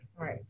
Right